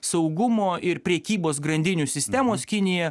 saugumo ir prekybos grandinių sistemos kinija